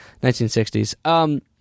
1960s